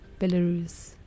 Belarus